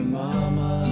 mama